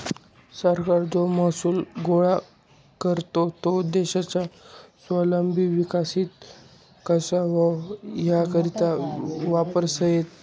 सरकार जो महसूल गोया करस तो देश स्वावलंबी विकसित कशा व्हई यानीकरता वापरमा येस